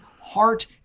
heart